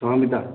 ହଁ ଯିବା